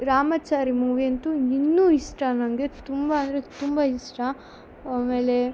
ರಾಮಾಚಾರಿ ಮೂವಿಯಂತೂ ಇನ್ನೂ ಇಷ್ಟ ನನಗೆ ತುಂಬ ಅಂದರೆ ತುಂಬ ಇಷ್ಟ ಆಮೇಲೆ